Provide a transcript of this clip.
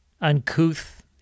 uncouth